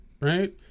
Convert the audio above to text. right